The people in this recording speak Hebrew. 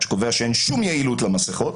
שקובע שאין שום יעילות למסכות